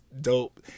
dope